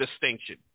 distinction